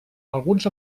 alguns